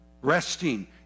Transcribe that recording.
Resting